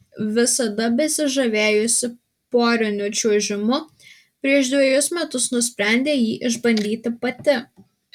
visada besižavėjusi poriniu čiuožimu prieš dvejus metus nusprendė jį išbandyti pati